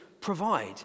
provide